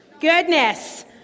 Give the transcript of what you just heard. Goodness